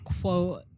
quote